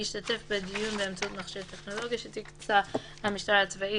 ישתתף בדיון באמצעות מכשיר טכנולוגי שתקצה המשטרה הצבאית